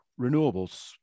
renewables